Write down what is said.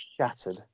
shattered